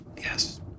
Yes